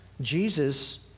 Jesus